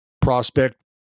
prospect